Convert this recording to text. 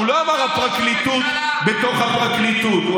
הוא לא אמר: פרקליטות בתוך הפרקליטות.